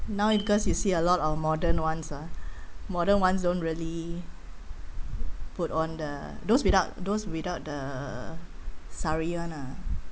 now because you see a lot of modern ones ah modern ones don't really put on the those without those without the sari one ah right they don't put they don't